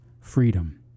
freedom